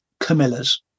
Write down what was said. Camillas